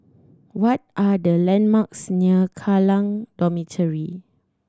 what are the landmarks near Kallang Dormitory